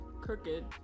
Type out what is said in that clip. crooked